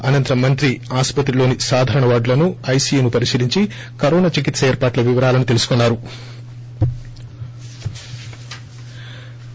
అనంతరం మంత్రి ఆసుపత్రిలోని సాధారణ వార్గులను ఐసియును పరిశీలించి కరోనా చికిత్స ఏర్పాట్ల వివరాలను తెలుసుకున్నా రు